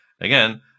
Again